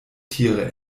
tiere